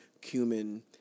cumin